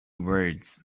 words